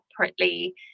separately